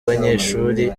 abanyeshuri